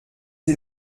sie